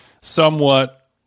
somewhat